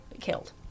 killed